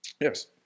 Yes